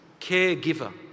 caregiver